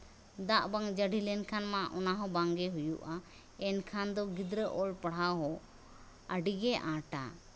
ᱫᱟᱜ ᱵᱟᱝ ᱡᱟᱹᱲᱤ ᱞᱮᱱᱠᱷᱟᱱ ᱢᱟ ᱚᱟᱱ ᱦᱚᱸ ᱵᱟᱝ ᱜᱮ ᱦᱩᱭᱩᱜᱼᱟ ᱮᱱᱠᱷᱟᱱ ᱫᱚ ᱜᱤᱫᱽᱨᱟᱹ ᱚᱞ ᱯᱟᱲᱦᱟᱣ ᱦᱚᱸ ᱟᱹᱰᱤ ᱜᱮ ᱟᱸᱴᱟ